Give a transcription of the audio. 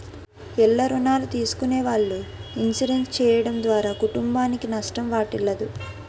ఇల్ల రుణాలు తీసుకునే వాళ్ళు ఇన్సూరెన్స్ చేయడం ద్వారా కుటుంబానికి నష్టం వాటిల్లదు